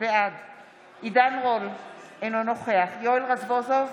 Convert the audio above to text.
בעד עידן רול, אינו נוכח יואל רזבוזוב,